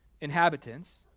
inhabitants